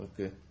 okay